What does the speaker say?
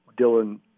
Dylan